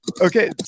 Okay